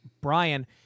Brian